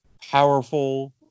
powerful